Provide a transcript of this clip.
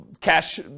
cash